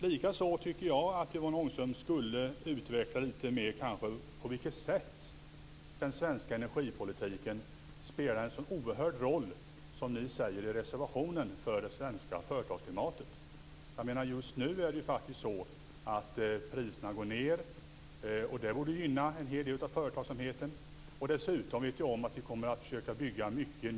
Likaså tycker jag att Yvonne Ångström skall utveckla på vilket sätt den svenska energipolitiken spelar en så oerhörd roll för det svenska företagsklimatet, som det står i er reservation. Just nu går priserna ned, och det borde gynna en hel del av företagen. Dessutom vet jag att nya energislag skall byggas ut.